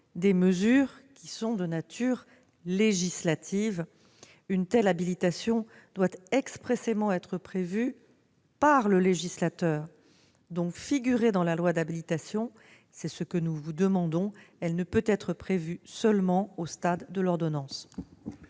des mesures qui sont de nature législative, une telle habilitation doit expressément être prévue par le législateur, et donc figurer dans la loi d'habilitation. C'est ce que nous vous demandons de voter, car elle ne peut être prévue seulement au stade de l'ordonnance.